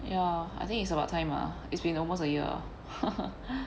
ya I think it's about time ah it's been almost a year